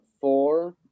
four